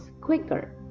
quicker